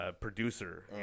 producer